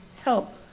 help